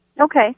Okay